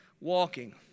walking